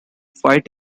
fight